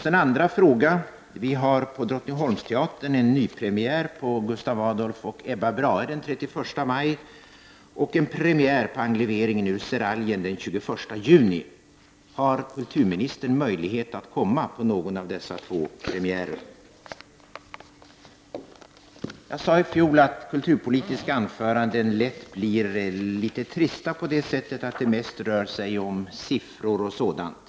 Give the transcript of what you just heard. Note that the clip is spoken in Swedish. Den andra frågan gäller en nypremiär på Drottningholmsteatern på Gustaf Adolf och Ebba Brahe den 31 maj och en premiär på Enleveringen ur Seraljen den 21 juni. Har kulturministern möjligheten att komma på någon av dessa två premiärer? Jag sade i fjol att kulturpolitiska anföranden lätt blir litet trista på det sättet att det mest rör sig om siffror osv.